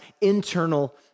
internal